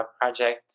project